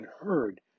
heard